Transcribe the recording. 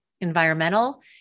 environmental